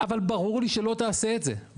אבל ברור לי שלא תעשה את זה,